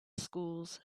schools